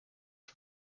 for